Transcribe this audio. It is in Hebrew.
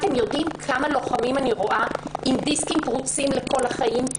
אתם יודעים כמה לוחמים אני רואה עם דיסקים פרוצים לכל החיים?